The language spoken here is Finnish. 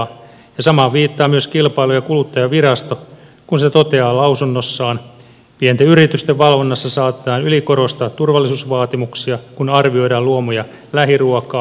ja samaan viittaa myös kilpailu ja kuluttajavirasto kun se toteaa lausunnossaan että pienten yritysten valvonnassa saatetaan ylikorostaa turvallisuusvaatimuksia kun arvioidaan luomu ja lähiruokaa